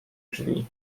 drzwi